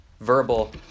verbal